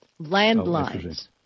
Landlines